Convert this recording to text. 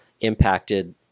impacted